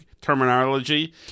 terminology